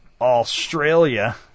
Australia